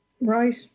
Right